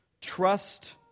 Trust